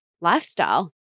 lifestyle